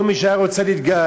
כל מי שהיה רוצה להתגייר,